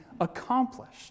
accomplished